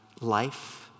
life